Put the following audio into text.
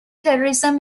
terrorism